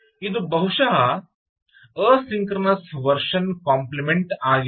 ಇದು ಬಹುಶಃ asynchronous version complement ಆಗಿದೆ